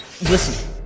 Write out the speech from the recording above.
Listen-